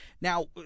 Now